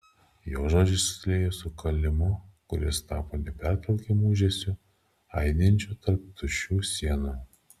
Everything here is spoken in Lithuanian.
jo žodžiai susiliejo su kalimu kuris tapo nepertraukiamu ūžesiu aidinčiu tarp tuščių sienų